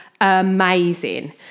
amazing